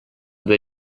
due